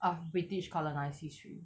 of british colonise history